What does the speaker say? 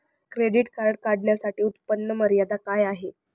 Credit card काढण्यासाठी उत्पन्न मर्यादा काय आहे?